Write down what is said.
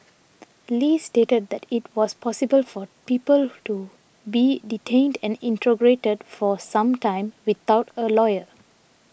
Li stated that it was possible for people to be detained and interrogated for some time without a lawyer